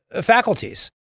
faculties